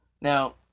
Now